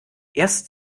erst